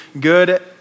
good